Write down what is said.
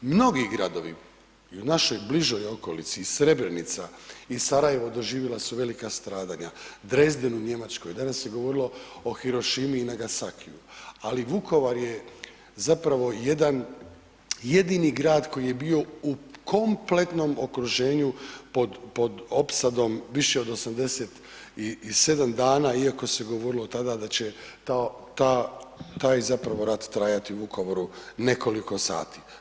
Mnogi gradovi u našoj bližoj okolici i Srebrnica i Sarajevo doživjela su velika stradanja, Dresden u Njemačkoj, danas se govorilo o Hiroshimi i Nagasakiu, ali Vukovar je zapravo jedan jedini grad koji je bio u kompletnom okruženju pod opsadom više od 87 dana, iako se govorilo tada da će taj rat zapravo trajati u Vukovaru nekoliko sati.